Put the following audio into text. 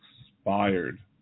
expired